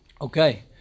okay